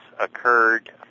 occurred